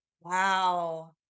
wow